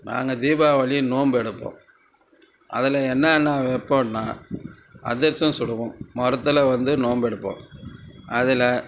நாங்கள் தீபாவளி நோன்பு எடுப்போம் அதில் என்னென்ன வைப்போமுன்னா அதிரசம் சுடுவோம் முறத்தில் வந்து நோன்பு எடுப்போம் அதில்